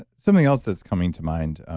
something else that's coming to mind. ah